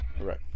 Right